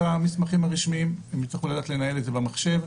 המסמכים הרשמיים והם יצטרכו לדעת לנהל את זה במחשב.